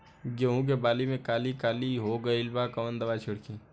गेहूं के बाली में काली काली हो गइल बा कवन दावा छिड़कि?